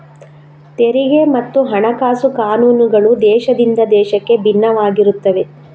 ತೆರಿಗೆ ಮತ್ತು ಹಣಕಾಸು ಕಾನೂನುಗಳು ದೇಶದಿಂದ ದೇಶಕ್ಕೆ ಭಿನ್ನವಾಗಿರುತ್ತವೆ